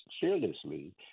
fearlessly